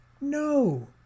No